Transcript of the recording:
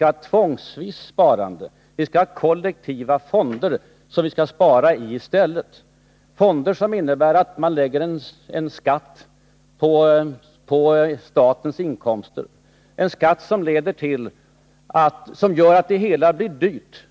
Han anser att vi i stället skall ha ett tvångsvis sparande. Vi skall spara i kollektiva fonder, som innebär att det läggs en skatt på den samlade lönesumman — en skatt som gör att det hela blir dyrt för hela folkhushållet.